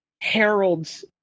harold's